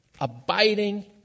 abiding